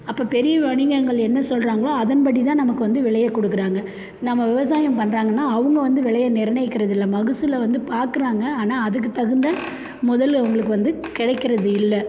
அப்போ பெரிய வணிகங்கள் என்ன சொல்லுறாங்களோ அதன் படி தான் நமக்கு வந்து விலையை கொடுக்குறாங்க நம்ம விவசாயம் பண்ணுறாங்கன்னா அவங்க வந்து விலையை நிர்ணயிக்கிறது இல்லை மகசூலை வந்து பார்க்குறாங்க ஆனால் அதுக்கு தகுந்த முதல் அவங்களுக்கு வந்து கிடைக்கிறது இல்லை